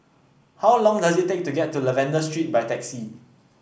how long does it take to get to Lavender Street by taxi